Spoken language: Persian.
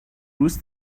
روز